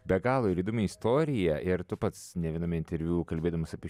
be galo ir įdomi istorija ir tu pats ne viename interviu kalbėdamas apie